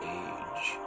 age